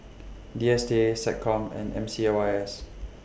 D S T A Seccom and M C Y S